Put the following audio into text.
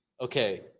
Okay